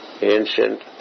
ancient